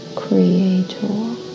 Creator